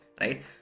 right